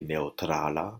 neŭtrala